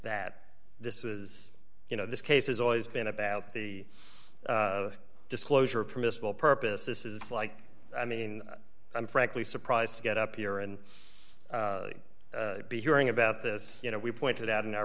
that this is you know this case has always been about the disclosure of permissible purpose this is like i mean i'm frankly surprised to get up here and be hearing about this you know we pointed out in our